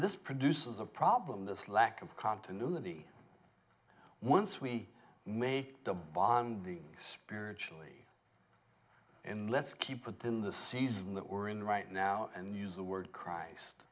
this produces a problem this lack of continuity once we make the bonding spiritually in let's keep it in the season that we're in right now and use the word christ